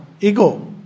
ego